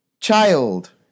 child